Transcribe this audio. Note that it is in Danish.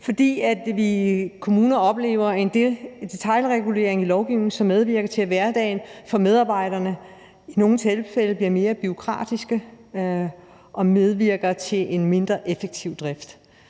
vi i kommunerne oplever en detailregulering i lovgivningen, som medvirker til, at hverdagen for medarbejderne i nogle tilfælde bliver mere bureaukratisk og medvirker til en mindre effektiv drift.